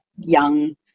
young